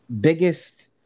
biggest